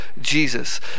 Jesus